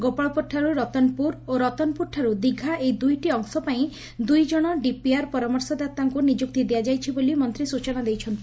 ଗୋପାଳପୁରଠାରୁ ରତନପୁର ଓ ରତନପୁରଠାରୁ ଦୀଘା ଏହି ଦୁଇଟି ଅଂଶପାଇଁ ଦୁଇ ଜଶ ଡିପିଆର୍ ପରାମର୍ଶଦାତାଙ୍କୁ ନିଯୁକ୍ତି ଦିଆଯାଇଛି ବୋଲି ମନ୍ତୀ ସୂଚନା ଦେଇଛନ୍ତି